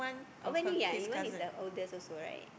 oh many your one is the oldest also right